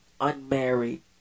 unmarried